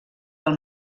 del